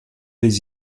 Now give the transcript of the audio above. des